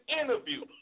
interview